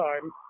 time